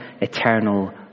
eternal